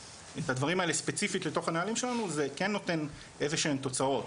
הדברים האלה ספציפית לתוך הנהלים שלנו זה כן נותן איזשהן תוצאות.